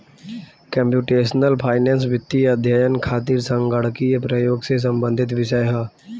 computational finance वित्तीय अध्ययन खातिर संगणकीय प्रयोग से संबंधित विषय ह